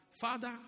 Father